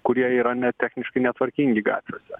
kurie yra ne techniškai netvarkingi gatvėse